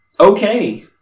Okay